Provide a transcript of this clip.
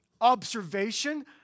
observation